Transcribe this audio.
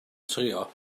trio